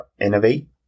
innovate